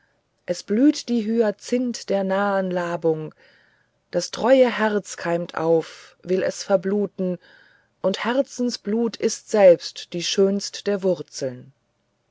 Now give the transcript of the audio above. es blüht die hyazinth der nahen landung das treue herz keimt auf will es verbluten und herzensblut ist selbst die schönst'der wurzeln